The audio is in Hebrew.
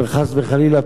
חס וחלילה,